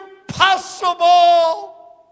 impossible